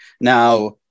Now